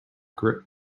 grip